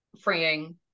freeing